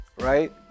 right